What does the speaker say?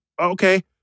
Okay